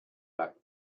back